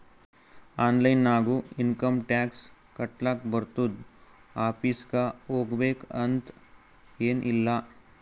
online ನಾಗು income tax ಕಟ್ಲಾಕ್ ಬರ್ತುದ್ ಆಫೀಸ್ಗ ಹೋಗ್ಬೇಕ್ ಅಂತ್ ಎನ್ ಇಲ್ಲ